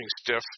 stiff